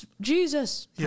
Jesus